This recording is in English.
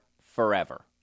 forever